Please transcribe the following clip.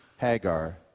Hagar